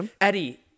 Eddie